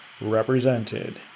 represented